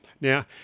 Now